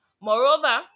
Moreover